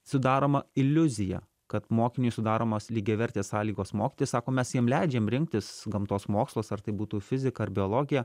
sudaroma iliuzija kad mokiniui sudaromos lygiavertės sąlygos mokytis sako mes jiem leidžiam rinktis gamtos mokslus ar tai būtų fizika ar biologija